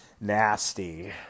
nasty